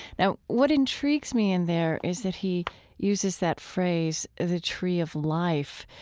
now, what intrigues me in there is that he uses that phrase, the tree of life,